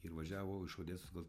ir važiavo iš odesos gal